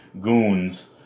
goons